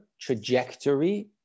trajectory